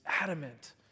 adamant